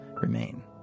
remain